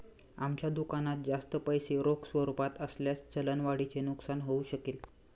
आमच्या दुकानात जास्त पैसे रोख स्वरूपात असल्यास चलन वाढीचे नुकसान होऊ शकेल